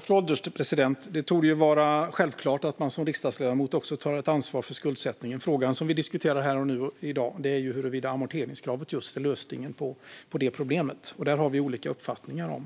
Fru ålderspresident! Det torde vara självklart att man som riksdagsledamot också tar ett ansvar för skuldsättningen. Den fråga som vi diskuterar här och nu är huruvida just amorteringskravet är lösningen på det problemet. Där har vi olika uppfattningar.